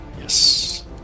Yes